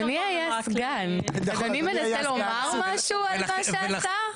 אדוני היה סגן, אדוני מנסה לומר משהו על מה שעשה?